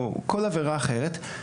או כל עבירה אחרת,